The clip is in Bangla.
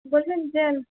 বলুন যে